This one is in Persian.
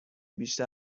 بیشتر